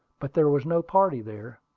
but there was no party there,